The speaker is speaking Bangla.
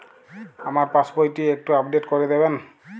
আমার পাসবই টি একটু আপডেট করে দেবেন?